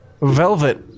Velvet